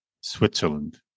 Switzerland